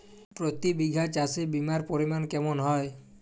প্রতি বিঘা চাষে বিমার পরিমান কেমন হয়?